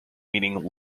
meaning